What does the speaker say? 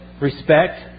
respect